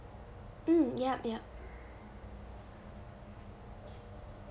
mm yup yup